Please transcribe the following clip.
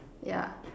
yeah